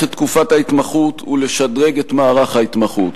את תקופת ההתמחות ולשדרג את מערך ההתמחות.